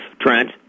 Trent